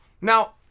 Now